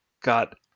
got